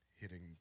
hitting